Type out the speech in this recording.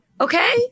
okay